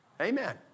Amen